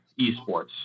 esports